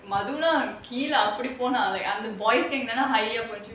madhu னா கீழ அப்டிபோனாளே:naa kezha apdi ponalae like I'm the boys போச்சு:pochu